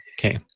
Okay